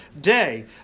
day